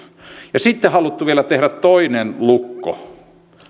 ja sitten on haluttu vielä tehdä toinen lukko